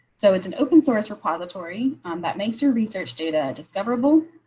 so it's an open source repository that makes her research data discoverable.